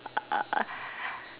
uh